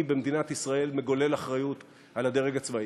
במדינת ישראל מגולל אחריות על הדרג הצבאי,